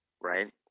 right